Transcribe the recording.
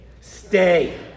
stay